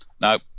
no